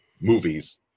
movies